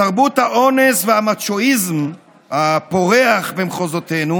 בתרבות האונס והמאצ'ואיזם הפורח במחוזותינו